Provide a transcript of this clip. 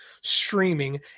streaming